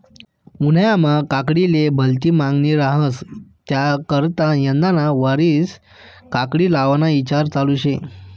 उन्हायामा काकडीले भलती मांगनी रहास त्याकरता यंदाना वरीस काकडी लावाना ईचार चालू शे